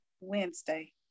Wednesday